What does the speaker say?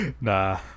nah